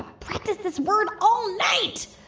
practiced this word all night.